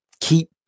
keep